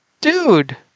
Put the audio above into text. dude